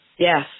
Yes